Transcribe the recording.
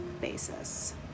basis